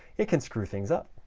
it can screw things up.